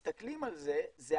כשמסתכלים על כך זה אקוויוולנט